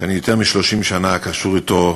כי אני יותר מ-30 שנה קשור אתו,